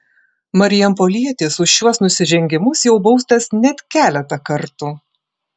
marijampolietis už šiuos nusižengimus jau baustas net keletą kartų